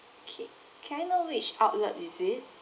okay can I know which outlet is it